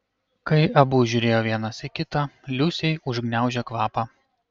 kai abu žiūrėjo vienas į kitą liusei užgniaužė kvapą